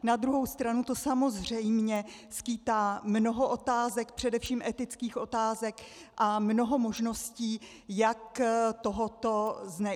Na druhou stranu to samozřejmě skýtá mnoho otázek, především etických otázek, a mnoho možností, jak tohoto zneužít.